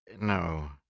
No